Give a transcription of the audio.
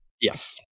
Yes